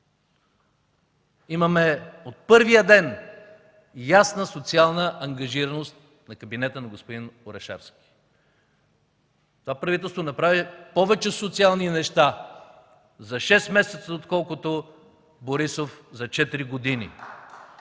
Имаме от първия ден ясна социална ангажираност на кабинета на господин Орешарски. Това правителство направи повече социални неща за 6 месеца, отколкото Борисов за 4 години.